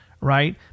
right